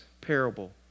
parable